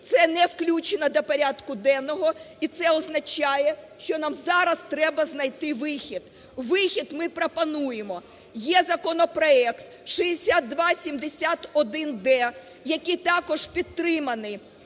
Це не включено до порядку денного, і це означає, що нам зараз треба знайти вихід. Вихід ми пропонуємо. Є законопроект 6271-д, який також підтриманий